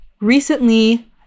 recently